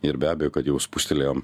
ir be abejo kad jau spustelėjom